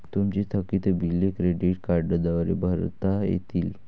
तुमची थकीत बिले क्रेडिट कार्डद्वारे भरता येतील